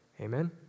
Amen